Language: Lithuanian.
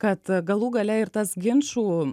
kad galų gale ir tas ginčų